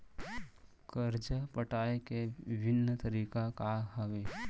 करजा पटाए के विभिन्न तरीका का हवे?